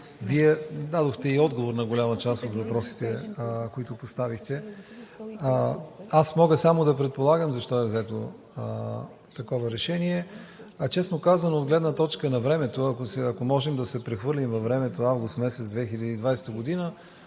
Вие дадохте и отговор на голяма част от въпросите, които поставихте. Аз мога само да предполагам защо е взето такова решение. Честно казано, от гледна точка на времето, ако можем да се прехвърлим във времето август месец 2020 г.,